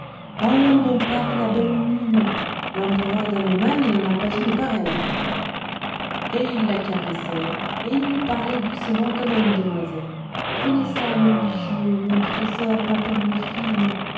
ah mon pape la belle mule l'empereur d'allemagne n'en a pas une pareille et il la caressait et il lui parlait doucement comme à une demoiselle venez çà mon bijou mon trésor ma perle fine